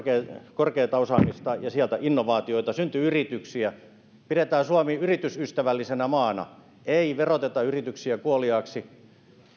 korkeata osaamista ja sieltä innovaatioita syntyy yrityksiä pidetään suomi yritysystävällisenä maana ei veroteta yrityksiä kuoliaaksi